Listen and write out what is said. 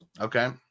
Okay